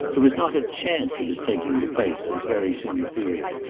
there was not a chance of his taking the place, as very soon appeared.